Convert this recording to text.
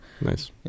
Nice